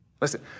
Listen